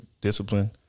discipline